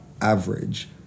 average